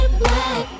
black